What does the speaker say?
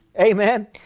Amen